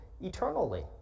eternally